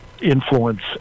influence